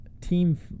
Team